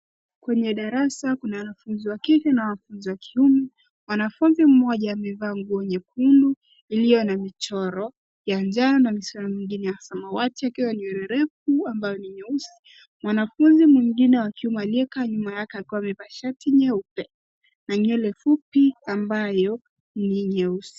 Kwenye darasa kuna wanafunzi wakike na wanafunzi wa wakiume. Mwanafunzi mmoja amevaa nguo nyekundu iliyo na michoro ya jano na michoro mingine ya samawati akiwa na nywele refu ambayo ni nyeusi. Mwanafunzi mwingine wa kiume aliyekaa nyuma yake akiwa amevaa shati nyeupe na nywele fupi ambayo ni nyeusi.